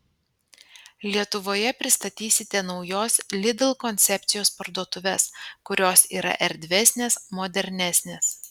lietuvoje pristatysite naujos lidl koncepcijos parduotuves kurios yra erdvesnės modernesnės